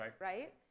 Right